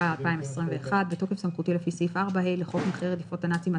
התשפ"א-2021 בתוקף סמכותי לפי סעיף 4ה לחוק נכי רדיפות הנאצים,